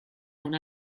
una